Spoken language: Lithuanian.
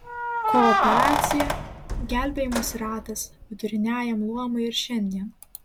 kooperacija gelbėjimosi ratas viduriniajam luomui ir šiandien